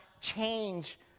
change